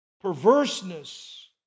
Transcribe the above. perverseness